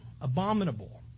abominable